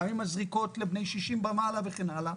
גם עם הזריקות לבני 60 ומעלה וכן הלאה,